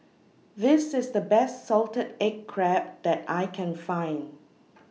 This IS The Best Salted Egg Crab that I Can Find